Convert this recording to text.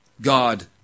God